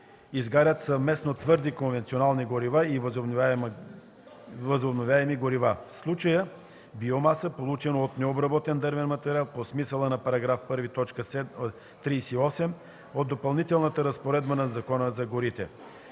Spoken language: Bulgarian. изгарят съвместно твърди конвенционални горива и възобновяеми горива, в случая биомаса, получена от необработен дървен материал по смисъла на § 1, т. 38 от Допълнителната разпоредба на Закона за горите.